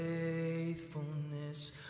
faithfulness